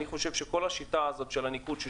אני חושב שכל השיטה הזאת של הניקוד,